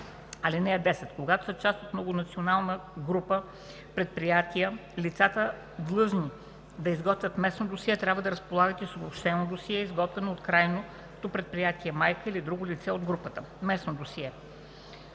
праг. (10) Когато са част от многонационална група предприятия, лицата, задължени да изготвят местно досие, трябва да разполагат и с обобщено досие, изготвено от крайното предприятие майка или друго лице от групата. Местно досие